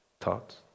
thoughts